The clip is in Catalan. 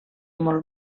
molt